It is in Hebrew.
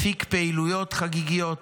הפיק פעילויות חגיגיות